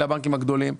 אלה הבנקים הגדולים.